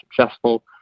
successful